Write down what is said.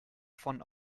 von